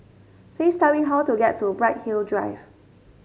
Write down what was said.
please tell me how to get to Bright Hill Drive